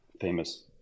famous